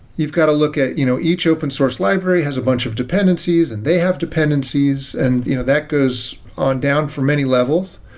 you've got to look at you know each open source library has a bunch of dependencies and they have dependencies, and you know that goes on down for many levels.